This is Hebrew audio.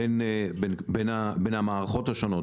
בין המערות השונות,